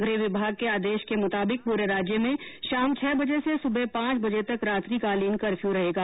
गृह विभाग के आदेश के मुताबिक पूरे राज्य में शाम छह बजे से सुबह पांच बजे तक रात्रिकालीन कर्फ्यू रहेगा